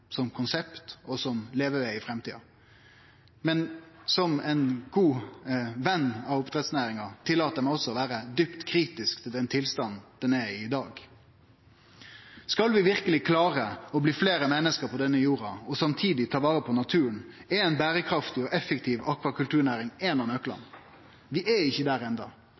som konsept og som leveveg i framtida. Men som ein god ven av oppdrettsnæringa tillèt eg meg også å vere djupt kritisk til den tilstanden ho er i i dag. Skal vi verkeleg klare å bli fleire menneske på denne jorda og samtidig ta vare på naturen, er ei berekraftig og effektiv akvakulturnæring ein av nøklane. Vi er ikkje der